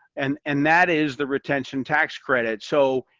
and and that is the retention tax credit. so,